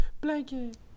blanket